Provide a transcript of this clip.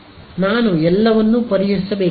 ನಾನು ಎಲ್ಲವನ್ನೂ ಪರಿಹರಿಸಬೇಕಾಗಿದೆ